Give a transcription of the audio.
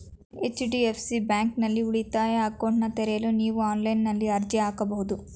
HDFC ಬ್ಯಾಂಕ್ನಲ್ಲಿ ಉಳಿತಾಯ ಅಕೌಂಟ್ನನ್ನ ತೆರೆಯಲು ನೀವು ಆನ್ಲೈನ್ನಲ್ಲಿ ಅರ್ಜಿ ಹಾಕಬಹುದು